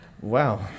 Wow